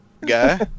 guy